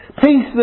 peace